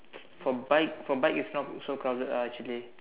for bike for bike it's not so crowded ah actually